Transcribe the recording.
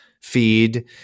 feed